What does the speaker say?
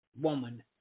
woman